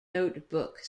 notebook